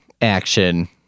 action